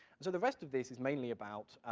so the rest of this is mainly about,